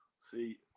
see